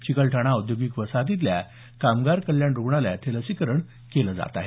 चिकलठाणा औद्योगिक वसाहतीतल्या कामगार कल्याण रुग्णालयात हे लसीकरण केलं जात आहे